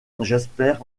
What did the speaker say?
jasper